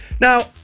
Now